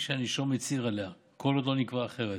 שהנישום הצהיר עליה כל עוד לא נקבע אחרת.